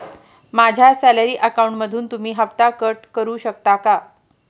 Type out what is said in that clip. माझ्या सॅलरी अकाउंटमधून तुम्ही हफ्ता कट करू शकता का?